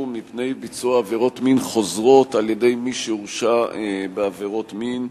מפני ביצוע עבירות מין חוזרות על-ידי מי שהורשע בעבירות מין,